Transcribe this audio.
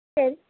சரி